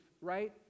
right